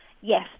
yes